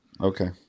okay